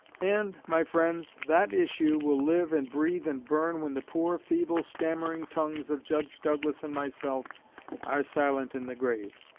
and, my friends, that issue will live and breathe and burn when the poor, feeble, stammering tongues of judge douglas and myself are silent in the grave.